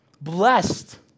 Blessed